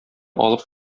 алып